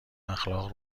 اخلاق